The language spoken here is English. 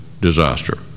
disaster